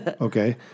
Okay